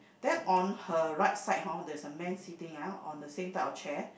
then on her right side hor there's a man sitting ah on the same type of chair